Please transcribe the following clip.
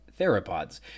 theropods